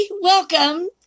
welcome